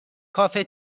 کافه